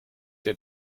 der